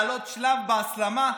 לעלות שלב בהסלמה,